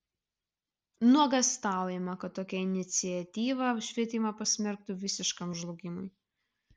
nuogąstaujama kad tokia iniciatyva švietimą pasmerktų visiškam žlugimui